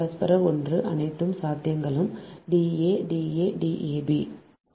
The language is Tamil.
பரஸ்பர ஒன்று அனைத்து சாத்தியங்களும் D a D a D a b